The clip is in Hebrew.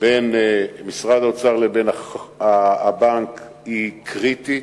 בין משרד האוצר לבין הבנק היא קריטית,